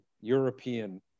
european